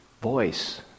voice